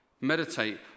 meditate